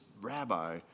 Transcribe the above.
Rabbi